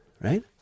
right